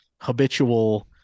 habitual